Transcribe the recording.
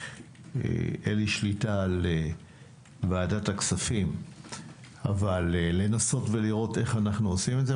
אין לי שליטה על ועדת הכספים אבל לנסות לראות איך אנו עושים זאת.